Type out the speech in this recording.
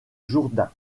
jourdain